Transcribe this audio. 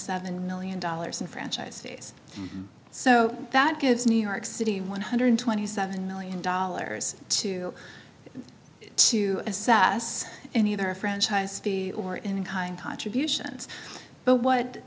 seven million dollars in franchise fees so that gives new york city one hundred and twenty seven million dollars to to sas any other franchise or any kind contributions but what